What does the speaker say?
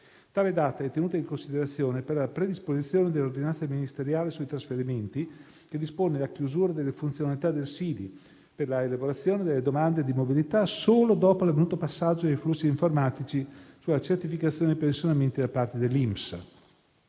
Tale data è tenuta in considerazione per la predisposizione dell'ordinanza ministeriale sui trasferimenti che dispone la chiusura delle funzionalità del Sidi per l'elaborazione delle domande di mobilità solo dopo l'avvenuto passaggio dei flussi informatici sulla certificazione dei pensionamenti da parte dell'INPS.